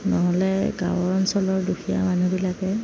নহ'লে গাঁৱৰ অঞ্চলৰ দুখীয়া মানুহবিলাকে